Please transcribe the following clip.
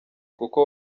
kuko